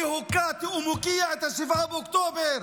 אני הוקעתי ומוקיע את 7 באוקטובר,